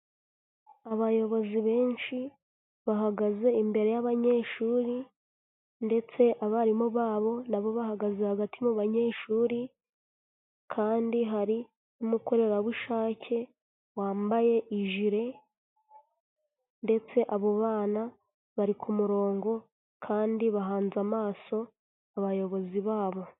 Abayobozi benshi bahagaze imbere y'abanyeshuri ndetse abarimu babo nabo bahagaze hagati mu banyeshuri kandi hari n'umukorerabushake wambaye ijire ndetse abo bana bari ku murongo kandi bahanze amaso abayobozi babo.